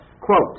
quote